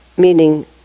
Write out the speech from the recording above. meaning